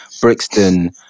Brixton